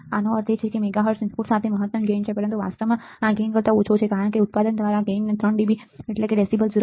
આનો અર્થ એ છે કે એક મેગા હર્ટ્ઝ ઇનપુટ સાથે મહત્તમ ગેઇન 1 છે પરંતુ વાસ્તવમાં આ ગેઇન 1 કરતા ઓછો છે કારણ કે ઉત્પાદન દ્વારા ગેઇનને ત્રણ db ડેસિબલ 0